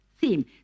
theme